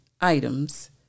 items